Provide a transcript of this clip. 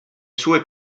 sue